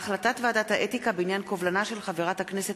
החלטת ועדת האתיקה בעניין קובלנה של חברת הכנסת